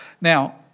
Now